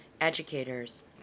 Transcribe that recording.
educators